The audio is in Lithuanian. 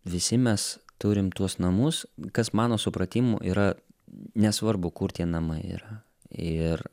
visi mes turim tuos namus kas mano supratimu yra nesvarbu kur tie namai yra ir